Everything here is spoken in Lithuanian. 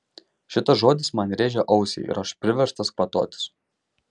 šitas žodis man rėžia ausį ir aš priverstas kvatotis